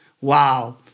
Wow